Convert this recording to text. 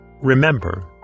Remember